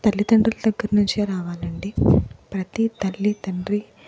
తల్లిదండ్రులు దగ్గరి నుంచే రావాలండి ప్రతీ తల్లి తండ్రి